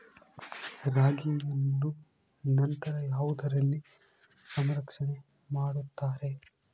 ರಾಗಿಯನ್ನು ನಂತರ ಯಾವುದರಲ್ಲಿ ಸಂರಕ್ಷಣೆ ಮಾಡುತ್ತಾರೆ?